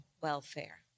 welfare